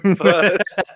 first